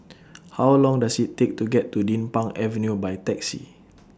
How Long Does IT Take to get to Din Pang Avenue By Taxi